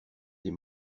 des